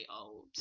old